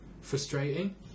frustrating